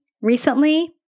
recently